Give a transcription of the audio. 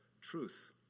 truth